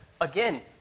again